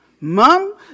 Mom